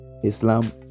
Islam